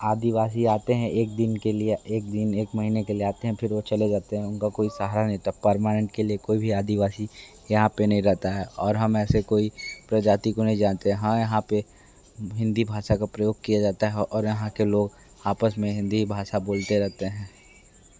आदिवासी आते हैं एक दिन के लिए एक दिन एक महीने के लिए आते हैं फिर वह चले जाते हैं उनका कोई सहारा नहीं होता परमानेंट के लिए कोई भी आदिवासी यहाँ पर नहीं रहता है और हम ऐसे कोई प्रजाति को नहीं जानते हाँ यहाँ पर हिंदी भाषा का प्रयोग किया जाता है और यहाँ के लोग आपस में हिंदी भाषा बोलते रहते हैं